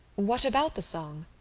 what about the song?